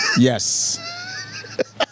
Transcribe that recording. Yes